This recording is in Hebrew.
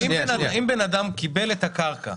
אבל אם בן אדם קיבל את הקרקע,